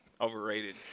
overrated